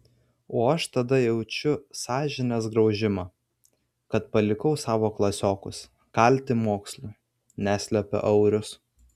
o aš tada jaučiu sąžinės graužimą kad palikau savo klasiokus kalti mokslų neslepia aurius